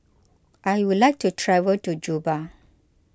I would like to travel to Juba